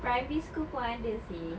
primary school pun ada seh